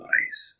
Nice